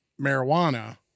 marijuana